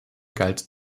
galt